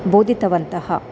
बोधितवन्तः